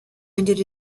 ended